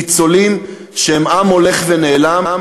ניצולים, שהם עם הולך ונעלם.